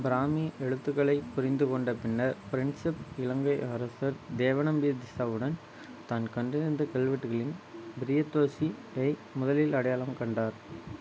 பிராமி எழுத்துக்களைப் புரிந்து கொண்ட பின்னர் பிரின்செப் இலங்கை அரசர் தேவனாம்பிய திஸ்ஸாவுடன் தன் கண்டறிந்த கல்வெட்டுகளின் பிரியத்துசியை முதலில் அடையாளம் கண்டார்